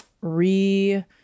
re-